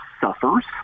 suffers